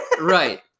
Right